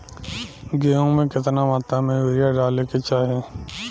गेहूँ में केतना मात्रा में यूरिया डाले के चाही?